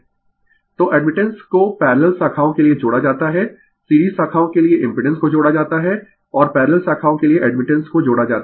Refer slide Time 0454 तो admittance को parallel शाखाओं के लिए जोड़ा जाता है सीरीज शाखाओं के लिए इम्पिडेंस को जोड़ा जाता है और पैरलल शाखाओं के लिए एडमिटेंस को जोड़ा जाता है